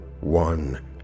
one